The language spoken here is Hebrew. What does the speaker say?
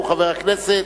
הוא חבר הכנסת,